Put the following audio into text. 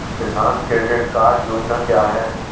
किसान credit card योजना क्या है?